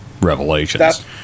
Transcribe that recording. revelations